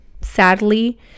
sadly